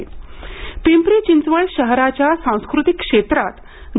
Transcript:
नाट्यगह गदिमा पिंपरी चिंचवड शहराच्या सांस्कृतिक क्षेत्रात ग